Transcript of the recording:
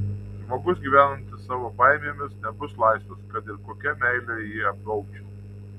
žmogus gyvenantis savo baimėmis nebus laisvas kad ir kokia meile jį apgaubčiau